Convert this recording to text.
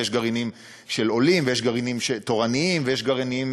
ויש גרעינים של עולים ויש גרעינים תורניים ויש גרעינים